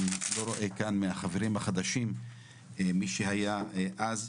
אני לא רואה כאן מהחברים החדשים מי שהיה אז,